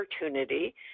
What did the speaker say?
opportunity